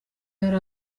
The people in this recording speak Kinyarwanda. yari